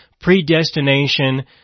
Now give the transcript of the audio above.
predestination